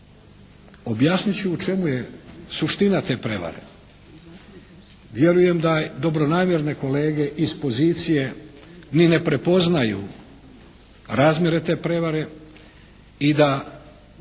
Objasnit ću u čemu je suština te prevare. Vjerujem da dobronamjerne kolege iz pozicije ni ne prepoznaju razmjere te prevare i da